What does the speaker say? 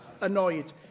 annoyed